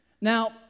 Now